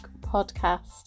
podcast